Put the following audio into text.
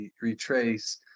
retrace